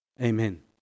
Amen